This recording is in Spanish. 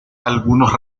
algunos